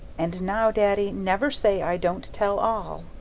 and now, daddy, never say i don't tell all!